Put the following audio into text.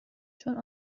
چون